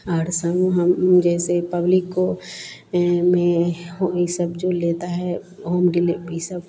और संग हम जैसे पब्लिक को में हो यह सब जो लेता है होम डिले ई सब